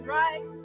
right